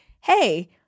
hey